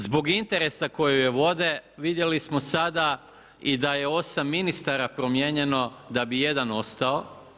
Zbog interesa koji vode vidjeli smo sada i da je 8 ministara promijenjeno da bi jedan ostao.